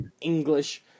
English